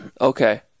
Okay